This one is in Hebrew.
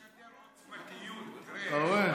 אתה משדר עוצמתיות, אתה רואה?